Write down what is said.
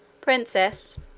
Princess